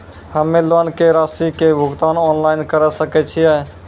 हम्मे लोन के रासि के भुगतान ऑनलाइन करे सकय छियै?